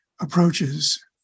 approaches